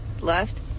left